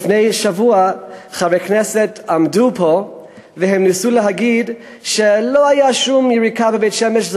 לפני שבוע חברי כנסת עמדו פה וניסו להגיד שלא הייתה שום יריקה בבית-שמש,